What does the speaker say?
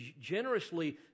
generously